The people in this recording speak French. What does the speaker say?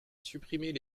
supprimer